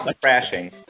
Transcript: crashing